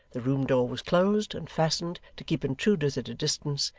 the room-door was closed and fastened to keep intruders at a distance,